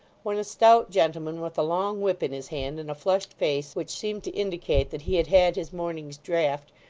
when a stout gentleman with a long whip in his hand, and a flushed face which seemed to indicate that he had had his morning's draught,